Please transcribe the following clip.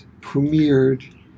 premiered